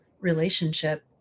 relationship